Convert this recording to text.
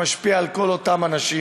שמשפיע על כל אותם אנשים,